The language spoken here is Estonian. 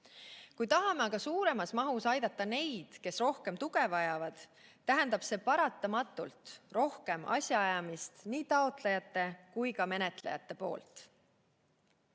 Kui tahame aga suuremas mahus aidata neid, kes rohkem tuge vajavad, tähendab see paratamatult rohkem asjaajamist nii taotlejatele kui ka menetlejatele.